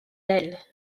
ailes